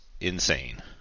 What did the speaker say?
insane